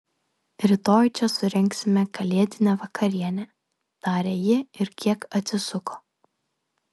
rytoj čia surengsime kalėdinę vakarienę tarė ji ir kiek atsisuko